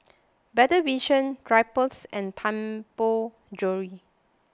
Better Vision Drypers and Tianpo Jewellery